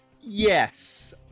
Yes